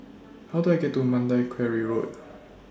How Do I get to Mandai Quarry Road